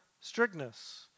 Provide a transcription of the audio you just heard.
strictness